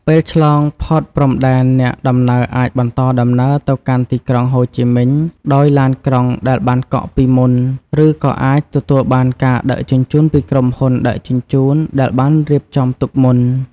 ពេលឆ្លងផុតព្រំដែន អ្នកដំណើរអាចបន្តដំណើរទៅកាន់ទីក្រុងហូជីមិញដោយឡានក្រុងដែលបានកក់ពីមុន ឬក៏អាចទទួលបានការដឹកជញ្ជូនពីក្រុមហ៊ុនដឹកជញ្ជូនដែលបានរៀបចំទុកមុន។